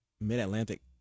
Mid-Atlantic